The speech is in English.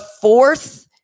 fourth